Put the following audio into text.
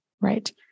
Right